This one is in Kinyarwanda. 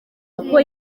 uko